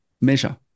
Measure